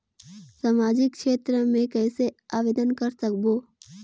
समाजिक क्षेत्र मे कइसे आवेदन कर सकबो?